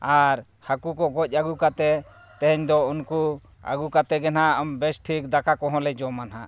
ᱟᱨ ᱦᱟᱹᱠᱩ ᱠᱚ ᱜᱚᱡ ᱟᱹᱜᱩ ᱠᱟᱛᱮᱫ ᱛᱮᱦᱮᱧ ᱫᱚ ᱩᱱᱠᱩ ᱟᱹᱜᱩ ᱠᱟᱛᱮᱫ ᱜᱮ ᱱᱟᱦᱟᱜ ᱵᱮᱥ ᱴᱷᱤᱠ ᱫᱟᱠᱟ ᱠᱚᱦᱚᱸᱞᱮ ᱡᱚᱢᱟ ᱱᱟᱦᱟᱜ